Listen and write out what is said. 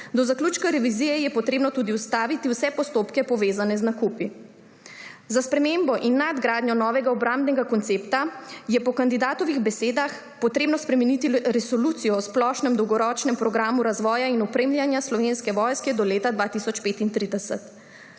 Do zaključka revizije je treba tudi ustaviti vse postopke, povezane z nakupi. Za spremembo in nadgradnjo novega obrambnega koncepta je po kandidatovih besedah treba spremeniti Resolucijo o splošnem dolgoročnem programu razvoja in opremljanja Slovenske vojske do leta 2035.